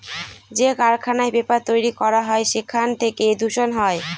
যে কারখানায় পেপার তৈরী করা হয় সেখান থেকে দূষণ হয়